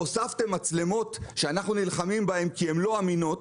והוספתם מצלמות שאנחנו נלחמים בהן כי הן לא אמינות,